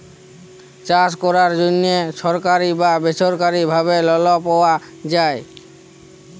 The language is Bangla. চাষ ক্যরার জ্যনহে ছরকারি বা বেছরকারি ভাবে লল পাউয়া যায়